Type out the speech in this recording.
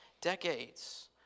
decades